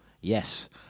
Yes